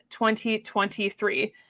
2023